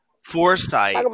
foresight